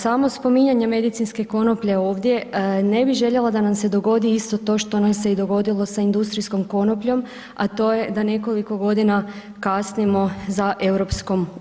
Samo spominjanje medicinske konoplje ovdje, ne bih željela da nam se dogodi isto to što nam se i dogodilo sa industrijskom konopljom, a to je da nekoliko godina kasnimo za EU.